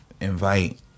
invite